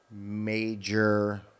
major